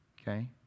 okay